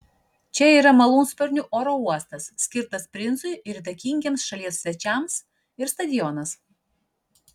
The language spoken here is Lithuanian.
čia yra malūnsparnių oro uostas skirtas princui ir įtakingiems šalies svečiams ir stadionas